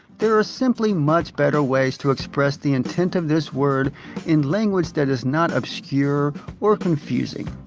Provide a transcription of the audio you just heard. there are simply much better ways to express the intent of this word in language that is not obscure or confusing.